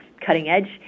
cutting-edge